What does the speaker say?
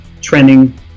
trending